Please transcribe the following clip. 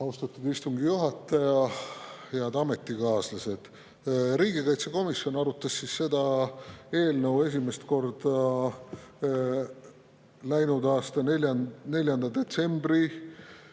Austatud istungi juhataja! Head ametikaaslased! Riigikaitsekomisjon arutas seda eelnõu esimest korda läinud aasta 4. detsembri